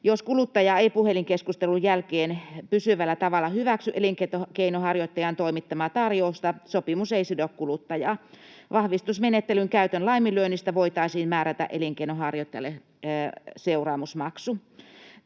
Jos kuluttaja ei puhelinkeskustelun jälkeen pysyvällä tavalla hyväksy elinkeinonharjoittajan toimittamaa tarjousta, sopimus ei sido kuluttajaa. Vahvistusmenettelyn käytön laiminlyönnistä voitaisiin määrätä elinkeinonharjoittajalle seuraamusmaksu.